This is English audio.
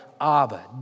Abba